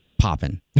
popping